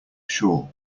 shore